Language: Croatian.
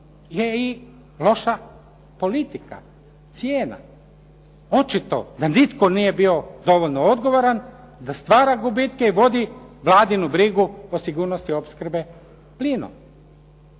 je i loša politika cijena. Očito da nitko nije bio dovoljno odgovoran da stvara gubitke i vodi Vladinu brigu o sigurnosti opskrbe plinom.